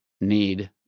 need